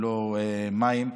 ללא מים.